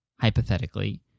hypothetically